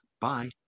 Bye